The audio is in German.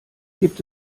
gibt